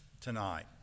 tonight